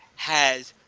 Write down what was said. has